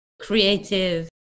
creative